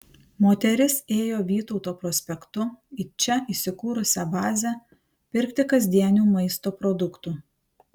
moteris ėjo vytauto prospektu į čia įsikūrusią bazę pirkti kasdienių maisto produktų